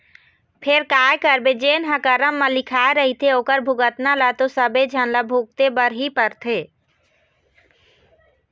फेर काय करबे जेन ह करम म लिखाय रहिथे ओखर भुगतना ल तो सबे झन ल भुगते बर ही परथे